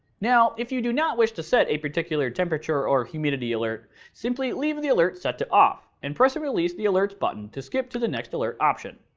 now, if you do not wish to set a particular temperature or humidity alert, simply leave the alert set to off and press and release the alerts button to skip to the next alert option.